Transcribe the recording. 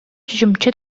чочумча